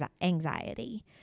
anxiety